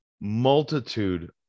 multitude